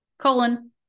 colon